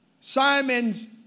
Simon's